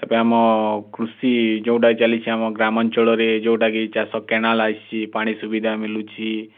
ଏବେ ଆମ କୃଷି ଯେଉଁଟା ଚାଲିଛି ଆମ ଗ୍ରାମାଞ୍ଚଳରେ ଯେଉଁଟାକି ଚାଷ କେନାଲ୍ ଆସିଛି ପାଣି ସୁବିଧା ମିଲୁଛିି